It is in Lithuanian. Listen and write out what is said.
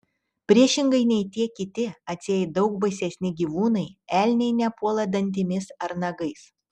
priešingai nei tie kiti atseit daug baisesni gyvūnai elniai nepuola dantimis ar nagais